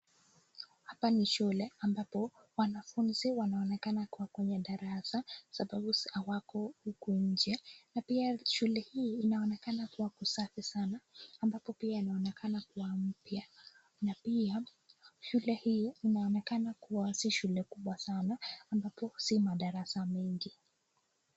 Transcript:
Hapa ni shule ambapo wanafunzi wanaonekana kuwa kwenye darasa sababu hawako huku nje. Na pia shule hii inaonekana kuwa safi sana ambapo pia inaonekana kuwa mpya. Na pia shule hii inaonekana kuwa si shule kubwa sana ambapo si madarasa mengi.